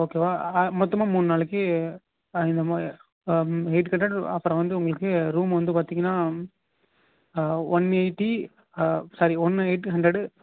ஓகேவா மொத்தமாக மூணு நாளைக்கு நம்ம அம் எயிட் ஹண்ட்ரட் அப்புறம் வந்து உங்களுக்கு ரூம் வந்து பார்த்தீங்கன்னா ஒன் எயிட்டி சாரி ஒன்னு எயிட்டு ஹண்ட்ரடு